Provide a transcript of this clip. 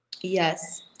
Yes